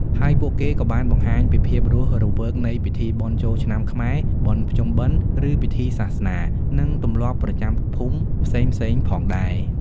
ហើយពួកគេក៏បានបង្ហាញពីភាពរស់រវើកនៃ ពិធីបុណ្យចូលឆ្នាំខ្មែរ បុណ្យភ្ជុំបិណ្ឌ ឬពិធីសាសនា និងទម្លាប់ប្រចាំភូមិផ្សេងៗផងដែរ។